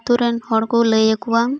ᱟᱹᱛᱩ ᱨᱮᱱ ᱦᱚᱲ ᱠᱚ ᱞᱟᱹᱭᱟᱠᱚᱣᱟ